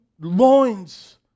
loins